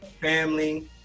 family